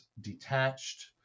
detached